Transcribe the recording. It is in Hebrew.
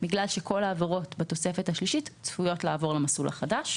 זה בגלל שכל העבירות בתוספת השלישית צפויות לעבור למסלול החדש.